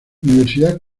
universidad